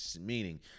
meaning